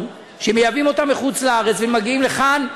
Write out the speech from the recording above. שמייבאים אותם מחוץ-לארץ והם מגיעים לכאן,